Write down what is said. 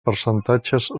percentatges